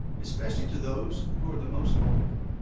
especially to those who are the most vulnerable.